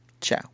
Ciao